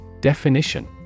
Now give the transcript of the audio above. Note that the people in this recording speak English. Definition